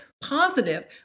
positive